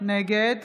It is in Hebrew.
נגד